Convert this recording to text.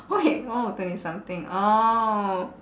wait orh twenty something orh